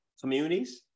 communities